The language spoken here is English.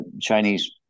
Chinese